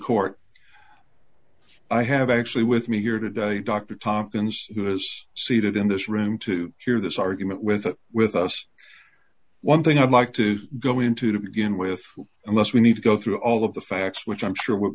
court i have actually with me here today dr tompkins who was seated in this room to hear this argument with a with us one thing i'd like to go into to begin with unless we need to go through all of the facts which i'm sure w